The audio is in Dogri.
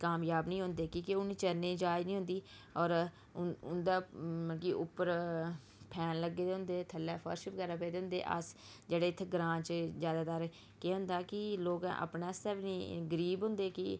कामज़ाब नी होंदे कि के उन्ने चरने दी जाच नी होंदी होर उं'दे मतलब कि उप्पर फैन लग्गे दे होंदे थल्लै फर्श बगैरा पेदे होंदे अस जेह्ड़े इत्थें ग्रांऽ च ज्यादातर केह् होंदा कि लोकें अपनें आस्तै बी नी गरीब होंदे कि